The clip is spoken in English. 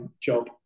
job